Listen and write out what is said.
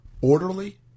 orderly